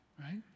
right